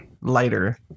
lighter